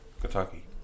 Kentucky